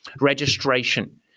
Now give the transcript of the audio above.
Registration